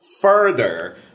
further